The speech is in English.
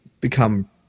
become